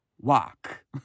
walk